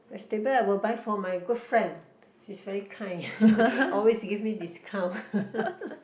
vegetable I will buy from my good friend she's very kind always give me discount